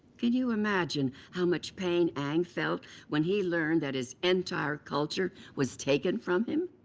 could you imagine how much pain aang felt when he learned that his entire culture was taken from him?